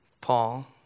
Paul